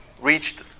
reached